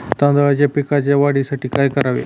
तांदळाच्या पिकाच्या वाढीसाठी काय करावे?